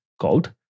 called